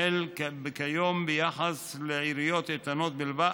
החל כיום ביחס לעיריות איתנות בלבד,